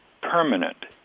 permanent